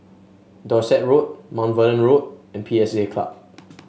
Dorset Road Mount Vernon Road and P S A Club